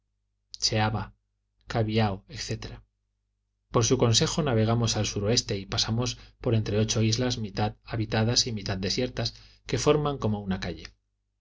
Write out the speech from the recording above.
etc por su consejo navegamos al sursuroeste y pasamos por entre ocho islas mitad habitadas y mitad desiertas que forman como una calle